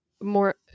more